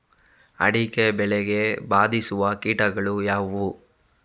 ಅಡಿಕೆ ಬೆಳೆಗೆ ಬಾಧಿಸುವ ಕೀಟಗಳು ಯಾವುವು?